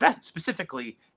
specifically